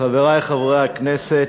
חברי חברי הכנסת,